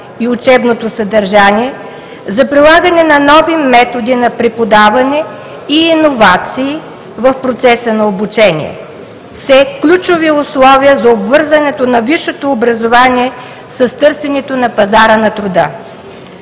и учебното съдържание, за прилагане на нови методи на преподаване и иновации в процеса на обучение – все ключови условия за обвързването на висшето образование с търсенето на пазара на труда.